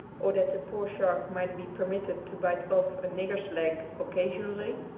or that the poor shark might be permitted to bite off a nigger's leg occasionally,